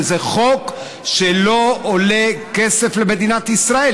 זה חוק שלא עולה כסף למדינת ישראל,